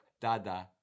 Dada